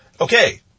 Okay